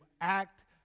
act